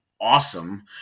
awesome